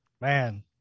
Man